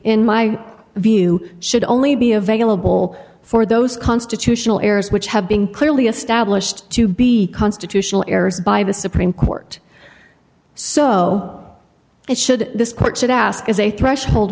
in my view should only be available for those constitutional errors which have been clearly established to be constitutional errors by the supreme court so it should this court should ask is a threshold